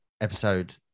episode